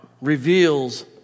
reveals